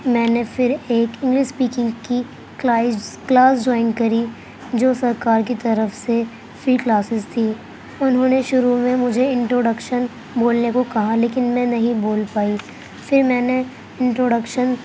میں نے پھر ایک انگلس اسپیکنگ کی کلائز کلاس جوائن کری جو سرکار کی طرف سے فری کلاسیز تھی انہوں نے شروع میں مجھے انٹروڈکشن بولنے کو کہا لیکن میں نہیں بول پائی پھر میں نے انٹروڈکشن